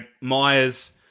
Myers